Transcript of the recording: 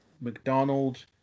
mcdonald